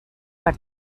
per